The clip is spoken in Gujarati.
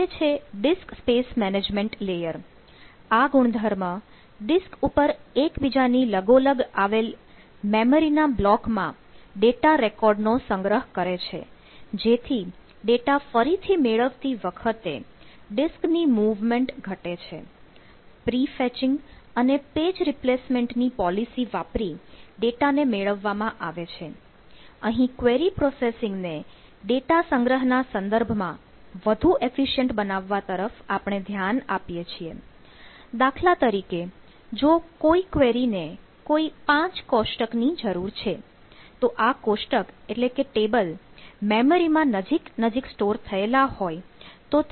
હવે છે ડિસ્ક સ્પેસ મેનેજમેન્ટ લેયર વધે છે